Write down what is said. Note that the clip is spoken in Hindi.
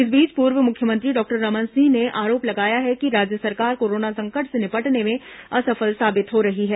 इस बीच पूर्व मुख्यमंत्री डॉक्टर रमन सिंह ने आरोप लगाया है कि राज्य सरकार कोरोना संकट से निपटने में असफल साबित हो रही है